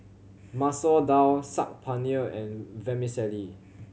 Masoor Dal Saag Paneer and Vermicelli